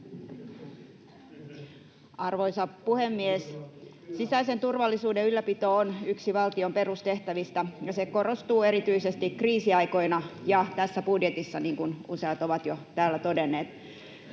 Arvoisa puhemies! Sisäisen turvallisuuden ylläpito on yksi valtion perustehtävistä, ja se korostuu erityisesti kriisiaikoina ja tässä budjetissa, niin kuin useat ovat jo täällä todenneet.